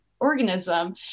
organism